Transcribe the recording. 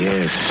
Yes